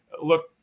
look